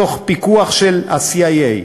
בפיקוח ה-CIA.